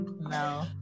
No